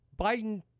Biden